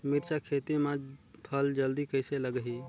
मिरचा खेती मां फल जल्दी कइसे लगही?